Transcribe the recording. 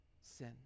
sin